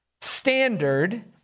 standard